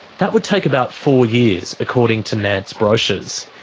that would take about four years, according to nant's brochures.